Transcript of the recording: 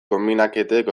konbinaketek